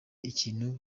ikintu